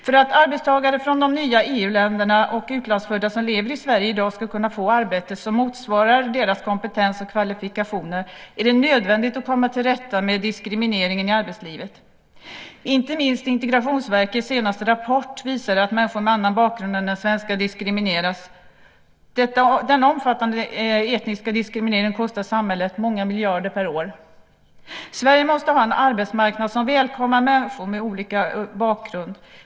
För att arbetstagare från de nya EU-länderna och utlandsfödda som lever i Sverige i dag ska kunna få arbete som motsvarar deras kompetens och kvalifikationer är det nödvändigt att komma till rätta med diskrimineringen i arbetslivet. Inte minst Integrationsverkets senaste rapport visar att människor med annan bakgrund än den svenska diskrimineras. Denna omfattande etniska diskriminering kostar samhället många miljarder per år. Sverige måste ha en arbetsmarknad som välkomnar människor med olika bakgrunder.